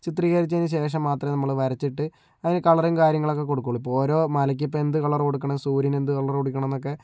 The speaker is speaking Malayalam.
ചിത്രീകരിച്ചതിന് ശേഷം മാത്രമേ നമ്മൾ വരച്ചിട്ട് അതിന് കളറും കാര്യങ്ങളൊക്കെ കൊടുക്കുള്ളൂ ഇപ്പോൾ ഓരോ മലയ്ക്ക് ഇപ്പോൾ എന്ത് കളർ കൊടുക്കണം സൂര്യന് എന്ത് കളർ കൊടുക്കണം എന്നൊക്കെ